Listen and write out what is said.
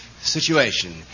situation